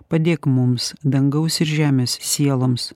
padėk mums dangaus ir žemės sieloms